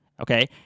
okay